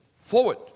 Forward